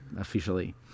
officially